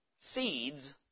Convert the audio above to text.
seeds